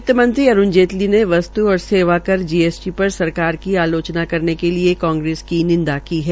वित्तमंत्री अरूण जेटली ने वस्तु और सेवा कर जीएसटी पर सरकार की आलोचना करने के लिए कांग्रेस की निंदा की है